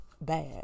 Bad